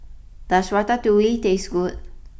does Ratatouille taste good